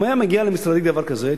אם היה מגיע למשרדי דבר כזה,